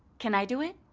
can i do it?